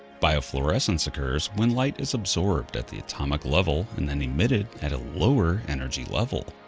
bioflourescence occurs when light is absorbed at the atomic level, and then emitted at a lower energy level.